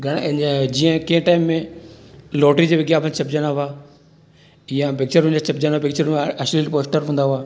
घणे हुन जीअं की टाइम में लॉट्ररी जे विज्ञापन छपजंदा हुआ या पिक्चरूं जा छपजंदा पिक्चरूं अश्लील पोस्टर हूंदा हुआ